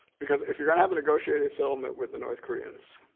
because if you're gonna have a negotiating settlement with the north koreans,